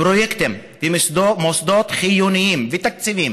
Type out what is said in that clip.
פרויקטים במוסדות חיוניים ותקציבים